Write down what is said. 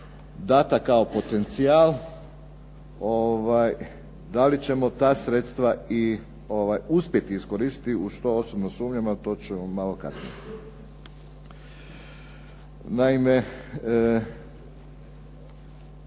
data kao potencijal, da li ćemo ta sredstva uspjeti iskoristiti, u što osobno sumnjam, ali to ćemo malo kasnije. Naime,